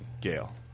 Gail